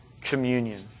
communion